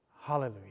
Hallelujah